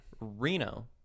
Reno